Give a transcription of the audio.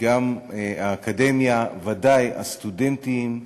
גם האקדמיה, ודאי הסטודנטים,